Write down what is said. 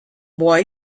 boy